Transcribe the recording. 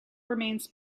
remains